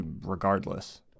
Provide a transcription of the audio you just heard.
regardless